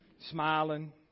Smiling